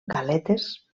galetes